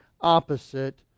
opposite